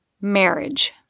Marriage